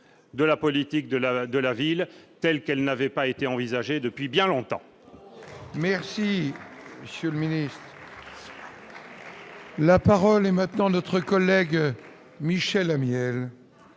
de la politique de la de la ville telle qu'elle n'avait pas été envisagé depuis bien longtemps.